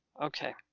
okay